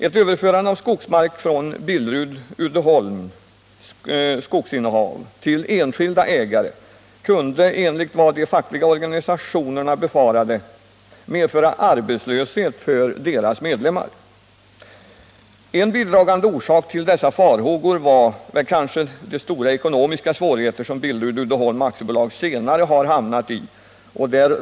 Ett överförande av skogsmark från Billerud-Uddeholms skogsinnehav till enskilda ägare kunde, enligt vad de fackliga organisationerna befarade, medföra arbetslöshet för deras medlemmar. En bidragande orsak till dessa farhågor var kanske de stora ekonomiska svårigheter som Billerud-Uddeholm AB senare har hamnat i.